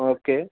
okay